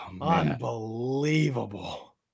Unbelievable